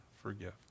forgive